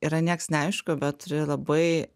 yra nieks neaišku bet turi labai